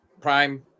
prime